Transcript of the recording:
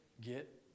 get